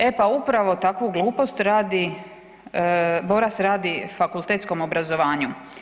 E pa upravo takvu glupost radi, Boras radi fakultetskom obrazovanju.